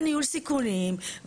בניהול סיכונים,